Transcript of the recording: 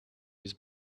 his